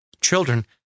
Children